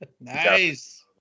nice